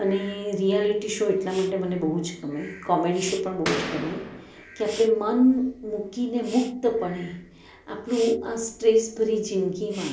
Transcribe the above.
અને reality show એટલા માટે મને બહુ જ ગમે કોમેડી શો પણ બહુ જ ગમે કે આપણે મન મૂકીને મુક્તપણે આપણું આ સ્ટ્રેસભરી જિંદગીમાં